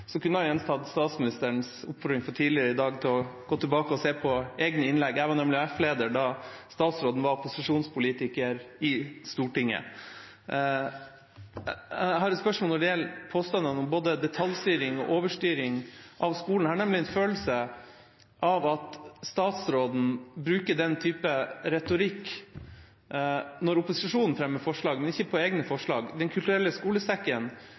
statsministerens oppfordring fra tidligere i dag om å gå tilbake og se på egne innlegg. Jeg var nemlig AUF-leder da statsråden var opposisjonspolitiker i Stortinget. Jeg har et spørsmål når det gjelder påstanden om både detaljstyring og overstyring av skolen. Jeg har nemlig en følelse av at statsråden bruker den type retorikk når opposisjonen fremmer forslag, men ikke på egne forslag. Den kulturelle skolesekken